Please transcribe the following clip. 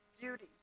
beauty